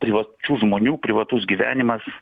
privačių žmonių privatus gyvenimas